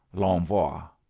l'envoi